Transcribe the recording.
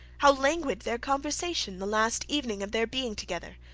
how languid their conversation the last evening of their being together!